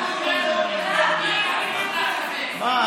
מה?